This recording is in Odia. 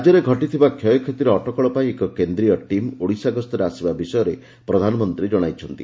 ରାଜ୍ୟରେ ଘଟିଥିବା କ୍ଷୟକ୍ଷତିର ଅଟକଳ ପାଇଁ ଏକ କେନ୍ଦ୍ରୀୟ ଟିମ୍ ଓଡ଼ିଶା ଗସ୍ତରେ ଆସିବା ବିଷୟରେ ପ୍ରଧାନମନ୍ତ୍ରୀ ଜଣାଇଛନ୍ତି